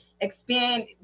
expand